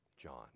john